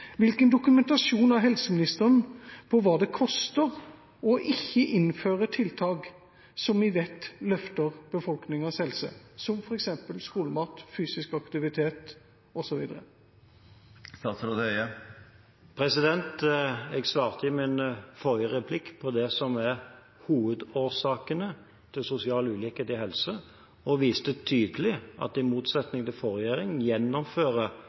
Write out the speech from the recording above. Hvilken dokumentasjon har helseministeren på hva det koster ikke å innføre tiltak som vi vet løfter befolkningas helse – som f.eks. skolemat, fysisk aktivitet osv.? Jeg svarte i min forrige replikk på det som er hovedårsakene til sosial ulikhet i helse, og viste tydelig at i motsetning til forrige regjering